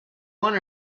one